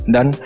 Dan